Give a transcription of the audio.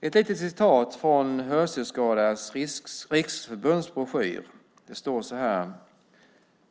I Hörselskadades Riksförbunds broschyr står följande: